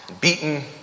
beaten